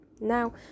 now